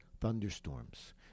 thunderstorms